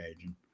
agent